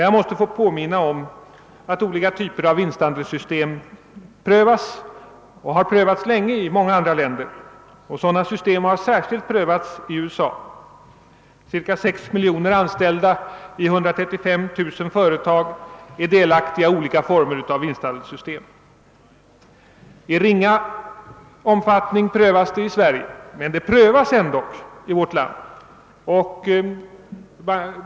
Jag måste få påminna om att olika typer av vinstandelssystem prövas och sedan länge har prövats i många andra länder. Sådana system har särskilt prövats i USA. Ca 6 miljoner anställda i 135 000 företag är delaktiga i olika former av vinstandelssystem. I Sverige prövas vinstandelssystem i ringa omfattning, men de prövas dock.